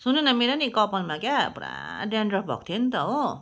सुन्नु न मेरो नि कपालमा क्या पुरा डेनड्रफ भएको थियो नि त हो